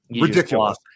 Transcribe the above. ridiculous